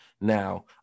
Now